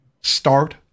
start